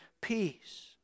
peace